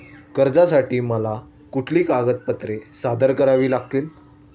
कर्जासाठी मला कुठली कागदपत्रे सादर करावी लागतील?